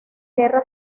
guerra